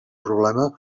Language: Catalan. problema